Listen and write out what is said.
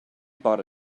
bought